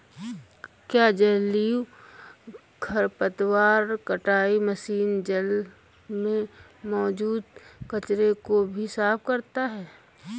क्या जलीय खरपतवार कटाई मशीन जल में मौजूद कचरे को भी साफ करता है?